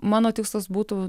mano tikslas būtų